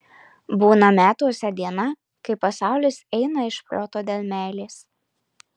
būna metuose diena kai pasaulis eina iš proto dėl meilės